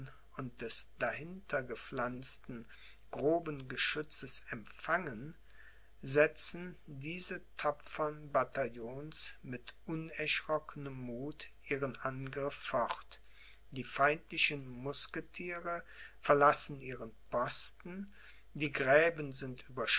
und des dahinter gepflanzten groben geschützes empfangen setzen diese tapfern bataillons mit unerschrockenem muth ihren angriff fort die feindlichen musketiere verlassen ihren posten die gräben sind